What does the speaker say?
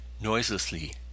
Noiselessly